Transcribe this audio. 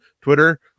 Twitter